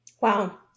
Wow